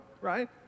right